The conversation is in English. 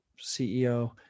CEO